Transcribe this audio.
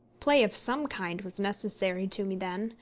play of some kind was necessary to me then,